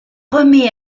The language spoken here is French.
remis